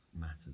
matters